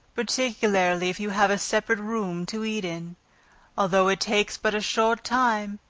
particularly if you have a separate room to eat in although it takes but a short time,